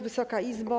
Wysoka Izbo!